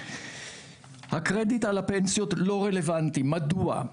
הקרדיט על הפנסיות לא רלוונטי, מדוע?